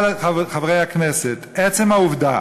אבל, חברי הכנסת, עצם העובדה